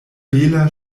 bela